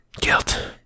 guilt